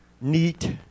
neat